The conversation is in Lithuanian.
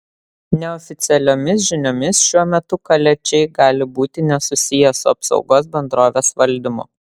neoficialiomis žiniomis šiuo metu kaliačiai gali būti nesusiję su apsaugos bendrovės valdymu